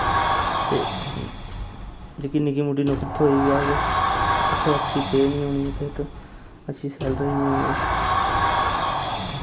ते जेह्की निक्की मुट्टी नौकरी थ्होई बी जाह्ग उत्थै अच्छी पे नि होनी उत्थै अच्छी सैलरी नि होनी